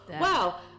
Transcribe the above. wow